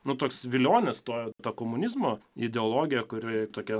nu toks vilionės to to komunizmo ideologija kuri tokia